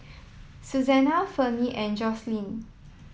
Susanna Ferne and Jocelyne